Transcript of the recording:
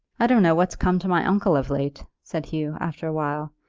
i don't know what's come to my uncle of late, said hugh, after a while.